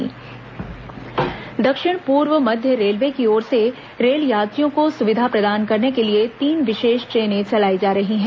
special train दक्षिण पूर्व मध्य रेलवे की ओर से रेल यात्रियों को सुविधा प्रदान करने के लिए तीन विशेष ट्रेनें चलाई जा रही हैं